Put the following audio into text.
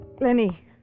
Lenny